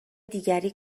دیگری